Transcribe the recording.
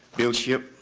bill shipp,